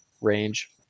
range